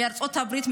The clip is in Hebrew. מארצות הברית,